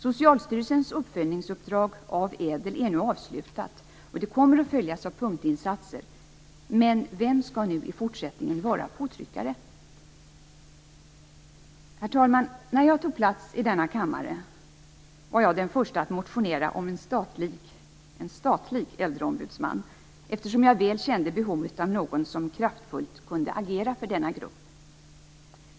Socialstyrelsens uppföljningsuppdrag av ädelreformen är nu avslutat och kommer att följas av punktinsatser. Men vem skall i fortsättningen vara påtryckare? Herr talman! När jag tog plats i denna kammare var jag den första att motionera om en statlig äldreombudsman, eftersom jag väl kände behovet av någon som kraftfullt kunde agera för denna grupp.